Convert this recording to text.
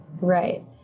Right